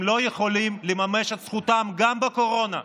הם לא יכולים לממש את זכותם גם בקורונה.